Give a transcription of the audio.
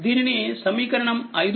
దీనిని సమీకరణం 5